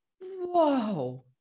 Whoa